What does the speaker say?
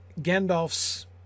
Gandalf's